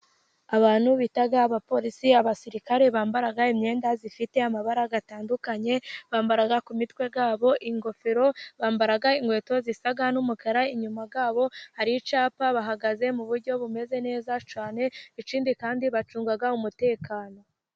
Abantu bita abapolisi abasirikare, bambara imyenda zifite amabara atandukanye, bambara ku mitwe yabo ingofero, bambara inkweto zisa n'umukara, inyuma yabo hari icyapa, bahagaze mu buryo bumeze neza cyane, ikindi kandi bacunga umutekano.